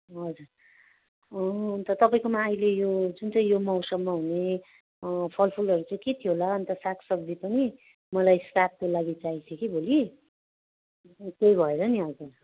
हजुर अन्त तपाईँकोमा अहिले यो जुन चाहिँ यो मौसममा हुने फलफुलहरू चाहिँ के थियो होला अन्त साग सब्जी पनि मलाई स्टाफको लागि चाहिएको थियो कि भोलि त्यही भएर नि हजुर